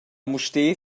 mustér